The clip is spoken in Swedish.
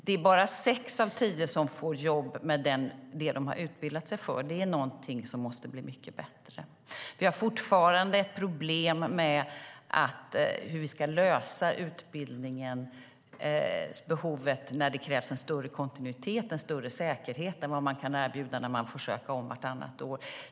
Det är bara sex av tio som får jobb med det de har utbildat sig för. Det är någonting som måste bli mycket bättre. Det är fortfarande problem med hur vi ska lösa utbildningsbehovet när det krävs en större kontinuitet och en större säkerhet än vad som kan erbjudas när man får söka om vartannat år.